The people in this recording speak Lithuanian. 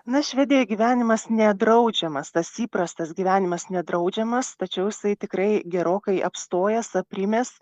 na švedijoj gyvenimas nedraudžiamas tas įprastas gyvenimas nedraudžiamas tačiau jisai tikrai gerokai apstojęs aprimęs